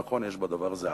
נכון שיש לדבר הזה עלות,